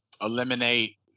eliminate